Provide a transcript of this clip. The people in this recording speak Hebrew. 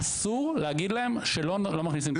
אסור להגיד להם שלא מכניסים את האוכל.